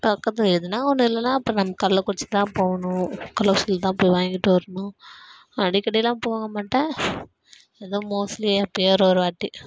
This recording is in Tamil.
பக்கத்தில் எதுனால் ஒன்று இல்லைனா அப்போ நம்ம கள்ளக்குறிச்சிக்குதான் போகணும் கள்ளக்குறிச்சியில்தான் போய் வாங்கிகிட்டு வரணும் அடிக்கடியெலாம் போகமாட்டேன் ஏதோ மோஸ்ட்லி எப்போயோ ஒரு ஒரு வாட்டி